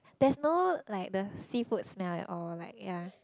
there's no like the seafood smell at all like ya